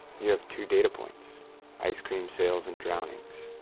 you have two data-points ice cream sales, and drownings.